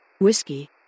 Whiskey